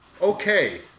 Okay